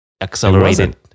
Accelerated